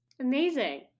Amazing